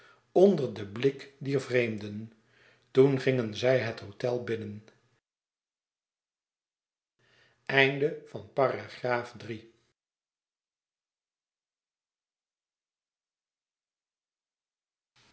onder den blik dier vreemden toen gingen zij het hôtel binnen